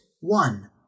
One